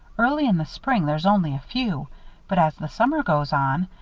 early in the spring there's only a few but as the summer goes on,